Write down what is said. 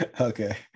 Okay